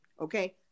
okay